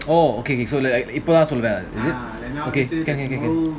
oh okay okay so like இப்போதான்சொல்வேன்:ipothan solven is it okay can can can can